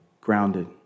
grounded